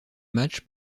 match